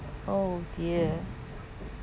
oh dear